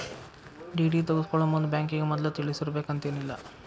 DD ತಗ್ಸ್ಕೊಳೊಮುಂದ್ ಬ್ಯಾಂಕಿಗೆ ಮದ್ಲ ತಿಳಿಸಿರ್ಬೆಕಂತೇನಿಲ್ಲಾ